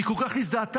היא כל כך הזדהתה,